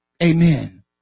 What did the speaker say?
Amen